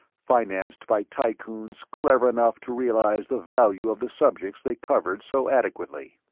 financed by tycoons clever enough to realize the value of the subjects they covered so adequately.